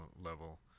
level